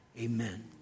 Amen